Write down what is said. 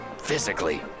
physically